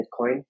Bitcoin